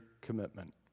commitment